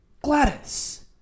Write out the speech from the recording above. Gladys